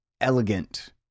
elegant